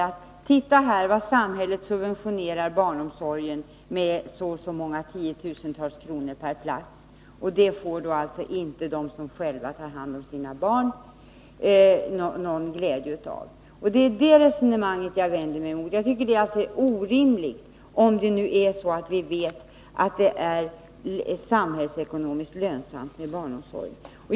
Man pekar på att samhället subventionerar barnomsorgen med si eller så många tiotusental kronor per plats och att de som själva tar hand om sina barn inte får någon glädje av det. Det är detta resonemang jag vänder mig emot. Jag tycker att det är orimligt, när vi ju vet att det är samhällsekonomiskt lönsamt med barnomsorg.